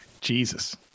Jesus